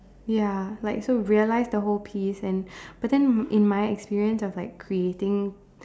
ya like so realize the whole piece and but then in my experience of like creating